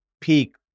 peak